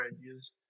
ideas